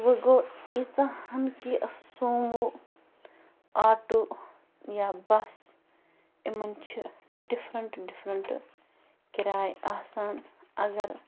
وۄنۍ گوٚو ییٖژاہ ہَن کہِ سومو آٹوٗ یا بَس یِمَن چھِ ڈِفرَنٛٹ ڈِفرَنٛٹ کِراے آسان اگر